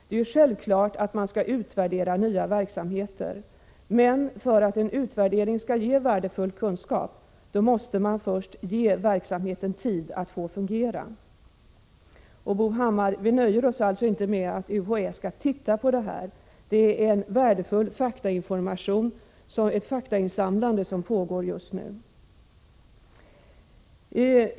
Det är självklart att man skall utvärdera nya verksamheter, men för att en utvärdering skall ge värdefull kunskap måste man först ge verksamheten tid att fungera. Bo Hammar, vi nöjer oss alltså inte med att UHÄ skall ”titta på” detta. Det är ett värdefullt faktainsamlande som pågår just nu.